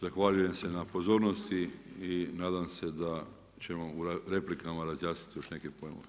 Zahvaljujem se na pozornosti i nadam se da ćemo u replikama razjasniti još neke pojmove.